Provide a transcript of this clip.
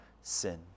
sin